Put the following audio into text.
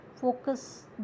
focus